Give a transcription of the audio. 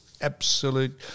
absolute